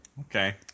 Okay